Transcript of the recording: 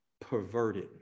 Perverted